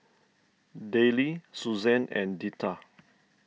Dayle Susanne and Deetta